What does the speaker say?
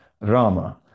Rama